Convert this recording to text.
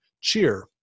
cheer